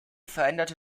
veränderte